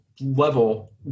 level